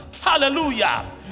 hallelujah